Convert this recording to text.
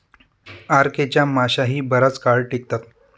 RK च्या माश्याही बराच काळ टिकतात